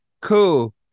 Cool